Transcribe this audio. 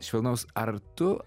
švelnaus ar tu